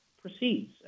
proceeds